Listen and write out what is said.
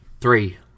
Three